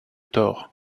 thor